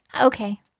okay